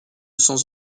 sans